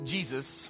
Jesus